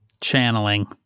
Channeling